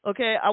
Okay